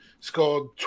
Scored